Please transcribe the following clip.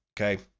Okay